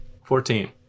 Fourteen